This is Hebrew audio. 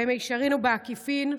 במישרין או בעקיפין,